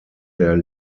der